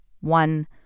one